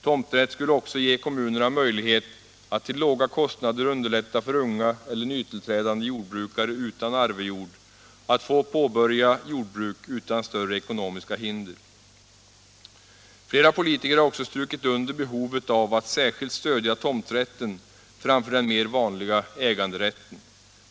Tomträtt skulle också ge kommunerna möjlighet att till låga kostnader underlätta för unga eller nytillträdande jordbrukare som saknar arvejord att starta jordbruk utan större ekonomiska hinder. Flera politiker har även strukit under behovet av att särskilt stödja tomträtten framför den mer vanliga äganderätten.